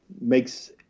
makes